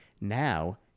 now